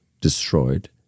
destroyed